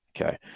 Okay